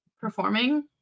performing